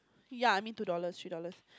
ya I mean two dollars three dollars